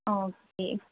okay